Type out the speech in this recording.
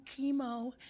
chemo